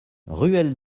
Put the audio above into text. ruelle